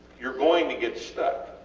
youre going to get stuck.